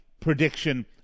prediction